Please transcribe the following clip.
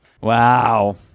Wow